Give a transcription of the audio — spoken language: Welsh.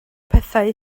pethau